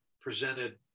presented